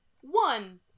One-